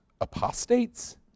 apostates